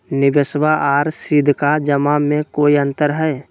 निबेसबा आर सीधका जमा मे कोइ अंतर हय?